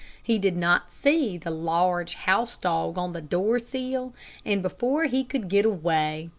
he did not see the large house-dog on the door sill, and before he could get away,